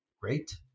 great